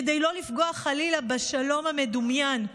כדי לא לפגוע חלילה בשלום המדומיין.